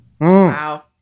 Wow